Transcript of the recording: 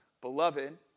beloved